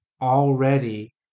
already